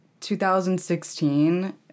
2016